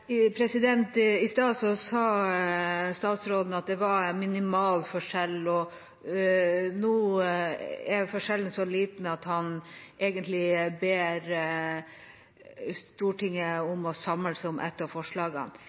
sa statsråden at det var minimal forskjell, og nå er forskjellen så liten at han egentlig ber Stortinget om å samle seg om ett av